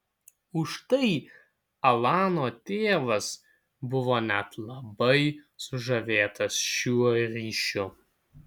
užtai alano tėvas buvo net labai sužavėtas šiuo ryšiu